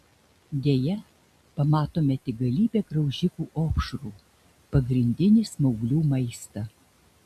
deja pamatome tik galybę graužikų opšrų pagrindinį smauglių maistą